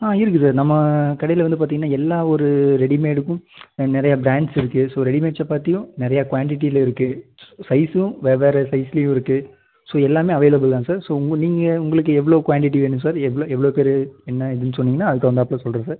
ஆ இருக்குது சார் நம்ம கடையில் வந்து பார்த்தீங்கன்னா எல்லா ஒரு ரெடிமேடுக்கும் நிறைய ப்ராண்ட்ஸ் இருக்குது ஸோ ரெடிமேட்ஸை பற்றியும் நிறையா குவான்டிட்டியில் இருக்குது சைஸ்ஸும் வெவ்வேறு சைஸ்லேயும் இருக்குது ஸோ எல்லாமே அவைலபிள் தான் சார் ஸோ உங்க நீங்கள் உங்களுக்கு எவ்வளோ குவான்டிட்டி வேணும் சார் எவ்வளோ எவ்வளோ பேர் என்ன ஏதுன்னு சொன்னீங்கன்னா அதுக்கு தகுந்தாப்பில சொல்கிறேன் சார்